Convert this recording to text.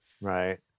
Right